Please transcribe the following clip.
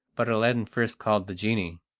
but aladdin first called the genie.